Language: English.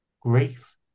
grief